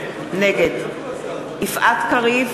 נגד יפעת קריב,